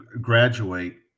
graduate